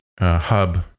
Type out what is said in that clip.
Hub